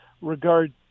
regard